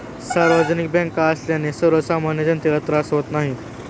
सार्वजनिक बँका असल्याने सर्वसामान्य जनतेला त्रास होत नाही